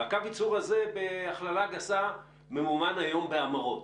וקו הייצור הזה, בהכללה גסה, ממומן היום בהמרות.